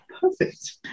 Perfect